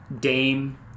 Dame